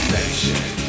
Nation